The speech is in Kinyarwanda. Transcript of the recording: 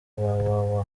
www